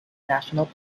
national